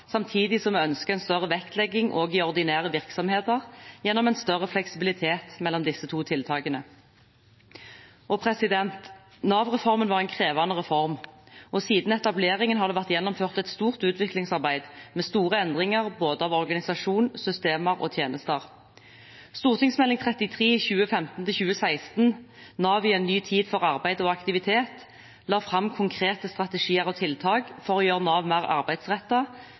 samtidig som vi ønsker en større vektlegging også i ordinære virksomheter gjennom en større fleksibilitet mellom disse to tiltakene. Nav-reformen var en krevende reform, og siden etableringen har det vært gjennomført et stort utviklingsarbeid, med store endringer av både organisasjon, systemer og tjenester. Meld. St. 33 for 2015–2016, NAV i en ny tid – for arbeid og aktivitet, la fram konkrete strategier og tiltak for å gjøre Nav mer